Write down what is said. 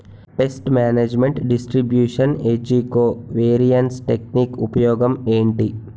paste management distribution ఏజ్జి covariance technique ఉపయోగం ఏంటి